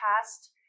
past